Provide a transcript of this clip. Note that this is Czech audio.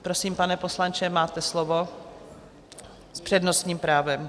Prosím, pane poslanče, máte slovo s přednostním právem.